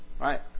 Right